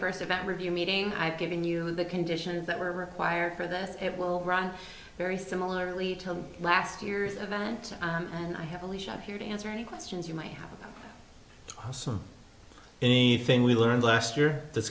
first event review meeting i've given you the conditions that were required for this it will run very similarly to last year's event and i have a leash on here to answer any questions you might have some any thing we learned last year this